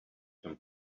some